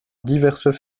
diverses